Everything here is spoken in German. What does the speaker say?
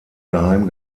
geheim